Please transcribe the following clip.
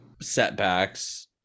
setbacks